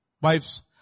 wives